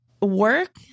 work